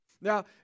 Now